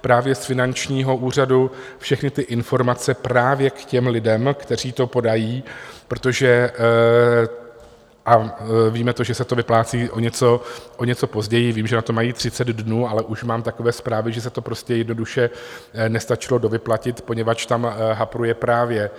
Právě z finančního úřadu všechny ty informace právě k lidem, kteří to podají, protože víme to, že se to vyplácí o něco později vím, že na to mají 30 dnů, ale už mám takové zprávy, že se to prostě a jednoduše nestačilo dovyplatit, poněvadž tam hapruje právě